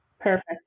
Perfect